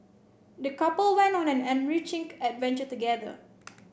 the couple went on an enriching adventure together